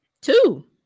Two